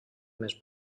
més